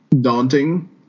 daunting